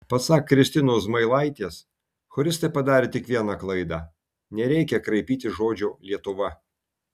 pasak kristinos zmailaitės choristai padarė tik vieną klaidą nereikia kraipyti žodžio lietuva